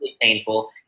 painful